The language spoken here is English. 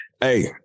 Hey